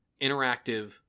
interactive